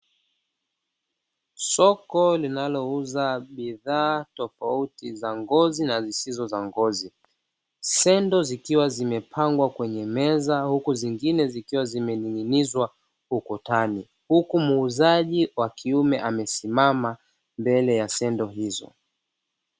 Soko linalouza bidhaa tofauti za ngozi na zisizo za ngozi, sendo zikiwa zimepangwa kwenye meza huku zingine zikiwa zimening'inizwa kukutani huku muuzaji wa kiume amesimama mbele ya sendo hizo.